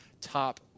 top